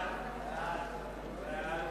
ההצעה